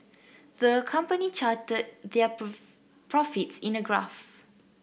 the company charted their profits in a graph